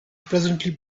presently